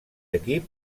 equip